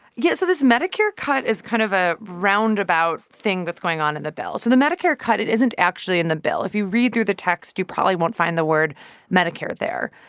yeah. so this medicare cut is kind of a roundabout thing that's going on in the bill. so the medicare cut it isn't actually in the bill. if you read through the text, you probably won't find the word medicare there.